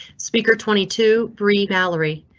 speaker twenty two bree valerie.